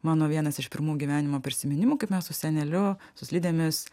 mano vienas iš pirmų gyvenimo prisiminimų kaip mes su seneliu su slidėmis